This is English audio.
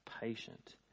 patient